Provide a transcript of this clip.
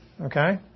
Okay